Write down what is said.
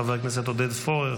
חבר הכנסת עודד פורר,